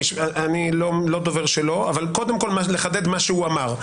אני לא דובר שלו אבל קודם כל לחדד מה שהוא אמר.